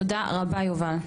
תודה רבה יובל.